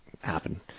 happen